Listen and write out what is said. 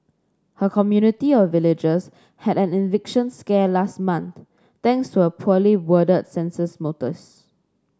her community of villagers had an eviction scare last month thanks to a poorly worded census notice